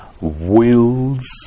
wills